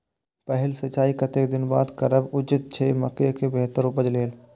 पहिल सिंचाई कतेक दिन बाद करब उचित छे मके के बेहतर उपज लेल?